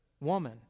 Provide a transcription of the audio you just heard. Woman